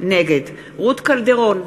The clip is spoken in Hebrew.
נגד רות קלדרון,